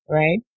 right